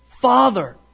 father